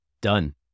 Done